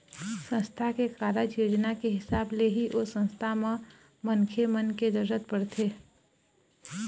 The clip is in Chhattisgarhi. संस्था के कारज योजना के हिसाब ले ही ओ संस्था म मनखे मन के जरुरत पड़थे